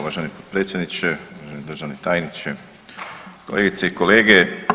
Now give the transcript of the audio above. Uvaženi potpredsjedniče, uvaženi državni tajniče, kolegice i kolege.